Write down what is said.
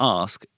ask